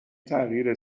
تغییر